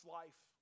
life